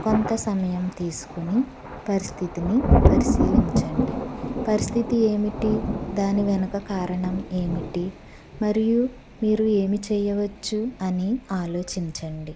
కొంత సమయం తీసుకుని పరిస్థతిని పరిశీలించండి పరిస్థితి ఏమిటి దాని వెనక కారణం ఏమిటి మరియు మీరు ఏమి చేయవచ్చు అని ఆలోచించండి